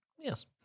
Yes